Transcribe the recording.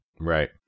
Right